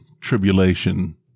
tribulation